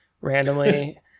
randomly